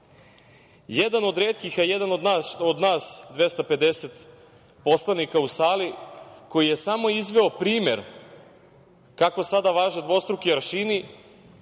od retkih, a jedan od nas 250 poslanika u sali, koji je samo izveo primer kako sada važe dvostruki aršini,